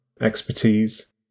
expertise